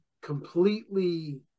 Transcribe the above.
completely